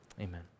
amen